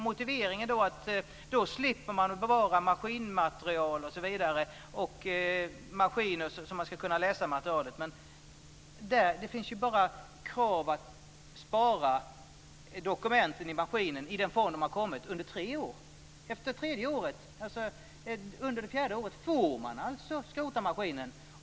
Motiveringen är att då slipper man bevara maskinmaterial och maskiner så att man ska kunna läsa materialet. Men det finns ju bara krav på att spara dokumenten i maskinen i den form de har inkommit under tre år. Under det fjärde året får man alltså skrota maskinen.